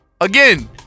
Again